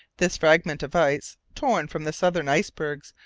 this fragment of ice, torn from the southern icebergs,